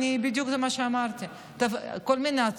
שתלך למשטרה.